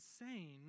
insane